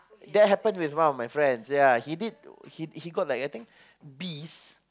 that happen with one of my friends yeah he did he he got like I think Bs